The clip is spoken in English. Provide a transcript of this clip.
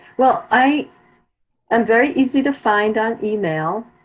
well, i am very easy to find on email.